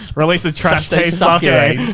ah release a trash taste ah yeah